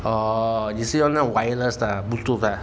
oh 你是用那种 wireless 的啊 bluetooth 的啊